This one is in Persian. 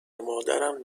مادرم